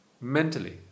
Mentally